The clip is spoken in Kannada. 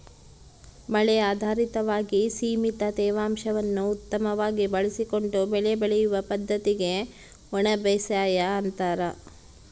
ಮಳೆ ಆಧಾರಿತವಾಗಿ ಸೀಮಿತ ತೇವಾಂಶವನ್ನು ಉತ್ತಮವಾಗಿ ಬಳಸಿಕೊಂಡು ಬೆಳೆ ಬೆಳೆಯುವ ಪದ್ದತಿಗೆ ಒಣಬೇಸಾಯ ಅಂತಾರ